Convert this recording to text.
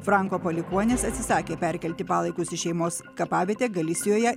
franko palikuonis atsisakė perkelti palaikus į šeimos kapavietę galisijoje